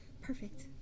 perfect